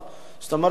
זאת אומרת בסוף,